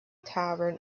tavern